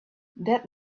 that